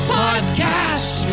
podcast